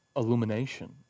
illumination